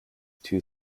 two